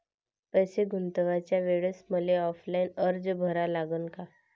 पैसे गुंतवाच्या वेळेसं मले ऑफलाईन अर्ज भरा लागन का?